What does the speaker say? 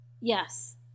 Yes